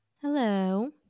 Hello